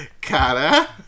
Cara